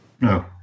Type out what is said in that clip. No